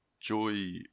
Joy